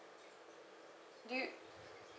you